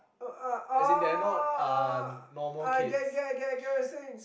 uh uh oh I get I get I get what you are saying